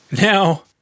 Now